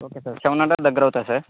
okay sir seven hundred దగ్గర అవుతుంది sir